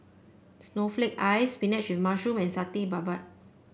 Snowflake Ice spinach with mushroom and Satay Babat